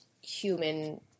human